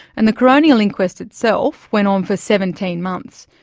and the coronial inquest itself went on for seventeen months.